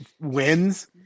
wins